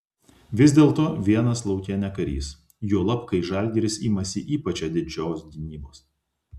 vis dėlto vienas lauke ne karys juolab kai žalgiris imasi ypač atidžios gynybos